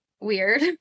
weird